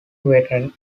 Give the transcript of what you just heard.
veteran